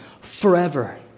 forever